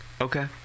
Okay